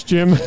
Jim